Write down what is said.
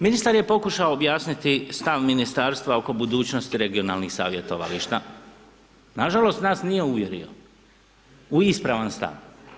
Ministar je pokušao objasniti stav ministarstva oko budućnosti regionalnih savjetovališta, nažalost nas nije uvjerio u ispravan stav.